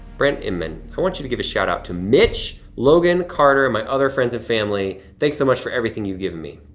brent inman, i want you to give a shout-out to mitch, logan, carter and my other friends and family. thanks so much for everything you've given me.